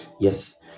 Yes